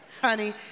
honey